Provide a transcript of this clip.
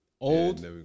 old